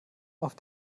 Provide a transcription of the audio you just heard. auf